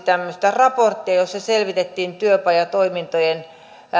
raporttia joissa selvitettiin työpajatoimintojen